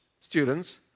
students